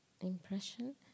impression